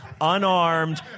unarmed